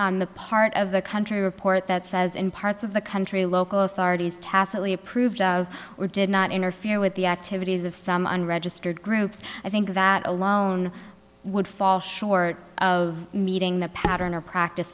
on the part of the country report that says in parts of the country local authorities tacitly approved or did not interfere with the activities of some unregistered groups i think that alone would fall short of meeting the pattern or practice